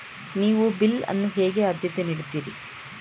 ನೀವು ಬಿಲ್ ಅನ್ನು ಹೇಗೆ ಆದ್ಯತೆ ನೀಡುತ್ತೀರಿ?